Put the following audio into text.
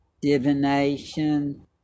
divination